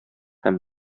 һәм